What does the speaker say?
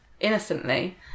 innocently